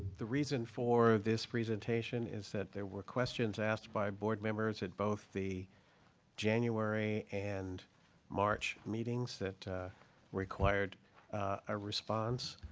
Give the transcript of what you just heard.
the reason for this presentation is that there were questions asked by board members at both the january and march meetings that required a response.